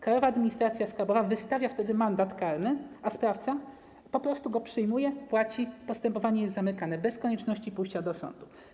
Krajowa Administracja Skarbowa wystawia wtedy mandat karny, a sprawca po prostu go przyjmuje i płaci, a postępowanie jest zamykane bez konieczności pójścia do sądu.